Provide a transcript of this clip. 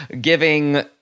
giving